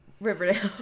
Riverdale